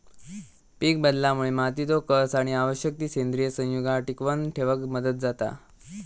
पीकबदलामुळे मातीचो कस आणि आवश्यक ती सेंद्रिय संयुगा टिकवन ठेवक मदत जाता